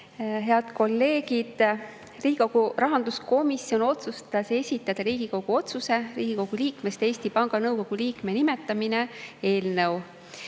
Head kolleegid! Riigikogu rahanduskomisjon otsustas esitada Riigikogu otsuse "Riigikogu liikmest Eesti Panga Nõukogu liikme nimetamine" eelnõu.